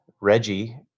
Reggie